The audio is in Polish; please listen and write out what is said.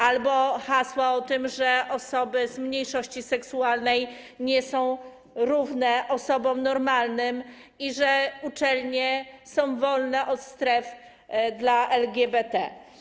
Albo hasła o tym, że osoby z mniejszości seksualnej nie są równe osobom normalnym i że uczelnie są wolne od stref dla LGBT?